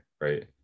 right